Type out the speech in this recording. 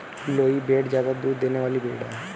लोही भेड़ ज्यादा दूध देने वाली भेड़ है